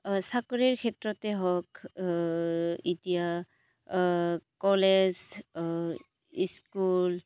চাকৰিৰ ক্ষেত্ৰতে হওক এতিয়া কলেজ স্কুল